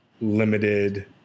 limited